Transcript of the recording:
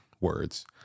words